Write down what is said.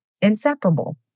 inseparable